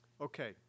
Okay